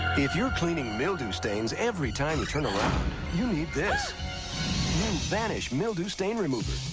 if you're cleaning mildew stains every time you turn around, you need this new vanish mildew stain remover.